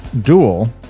duel